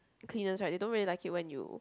the cleaners right they don't really like it when you